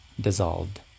dissolved